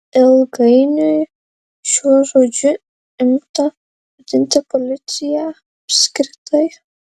ilgainiui šiuo žodžiu imta vadinti policiją apskritai